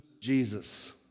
Jesus